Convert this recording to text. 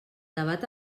debat